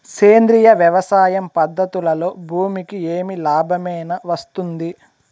సేంద్రియ వ్యవసాయం పద్ధతులలో భూమికి ఏమి లాభమేనా వస్తుంది?